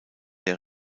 der